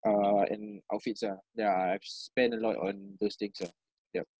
uh and outfits ah yeah I have s~ spent a lot on those things ah yup